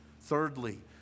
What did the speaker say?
Thirdly